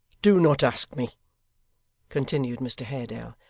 do not ask me continued mr haredale,